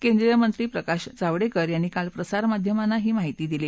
केंद्रीय मंत्री प्रकाश जावडेकर यांनी काल प्रसारमाध्यमांना ही माहिती दिली